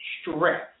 stress